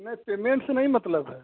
नए पेमेंट से नहीं मतलब है